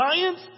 science